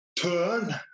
Turn